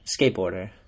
skateboarder